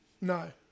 No